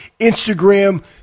instagram